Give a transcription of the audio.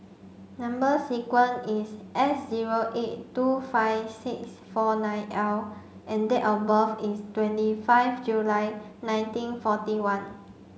number sequence is S zero eight two five six four nine L and date of birth is twenty five July nineteen forty one